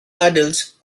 adults